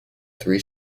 three